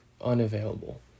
unavailable